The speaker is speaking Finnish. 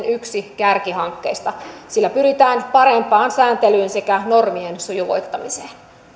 yksi hallituksen kärkihankkeista sillä pyritään parempaan sääntelyyn sekä normien sujuvoittamiseen